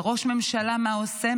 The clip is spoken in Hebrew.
וראש הממשלה מה עושה?